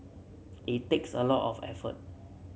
it takes a lot of effort